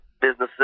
businesses